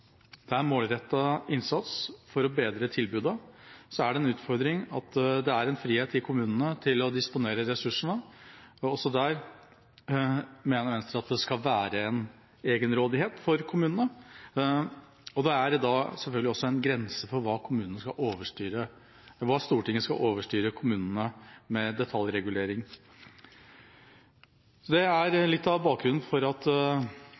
Det er målrettet innsats for å bedre tilbudet. Så er det en utfordring at det er en frihet i kommunene til å disponere ressursene. Også der mener Venstre at det skal være egenrådighet for kommunene, og det er da selvfølgelig også en grense for hva Stortinget skal overstyre kommunene med når det gjelder detaljregulering. Det er litt av bakgrunnen for at